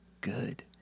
good